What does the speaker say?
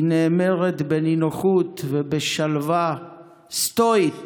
היא נאמרת בנינוחות ובשלווה סטואית